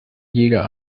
jäger